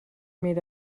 made